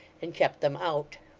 and kept them out.